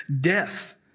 death